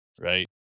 right